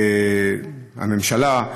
בממשלה,